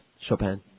Chopin